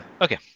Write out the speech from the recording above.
okay